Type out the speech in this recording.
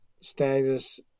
status